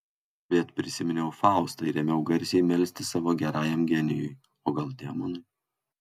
bet prisiminiau faustą ir ėmiau garsiai melstis savo gerajam genijui o gal demonui